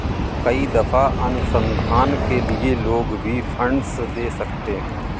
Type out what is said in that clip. कई दफा अनुसंधान के लिए लोग भी फंडस दे सकते हैं